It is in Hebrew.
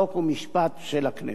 חוק ומשפט של הכנסת,